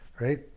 right